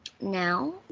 now